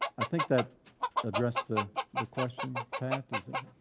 i think that addressed the the question pat. does it?